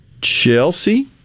Chelsea